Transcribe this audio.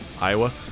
Iowa